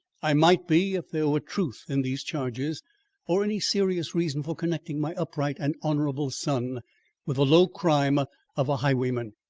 i might be if there were truth in these charges or any serious reason for connecting my upright and honourable son with the low crime of a highwayman.